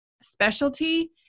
specialty